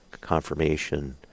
confirmation